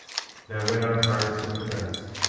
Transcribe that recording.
now when our hearts were depressed,